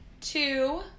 Two